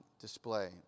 display